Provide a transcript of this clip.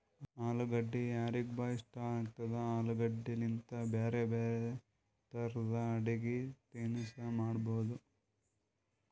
ಅಲುಗಡ್ಡಿ ಯಾರಿಗ್ಬಿ ಇಷ್ಟ ಆಗ್ತದ, ಆಲೂಗಡ್ಡಿಲಿಂತ್ ಬ್ಯಾರೆ ಬ್ಯಾರೆ ತರದ್ ಅಡಗಿ ತಿನಸ್ ಮಾಡಬಹುದ್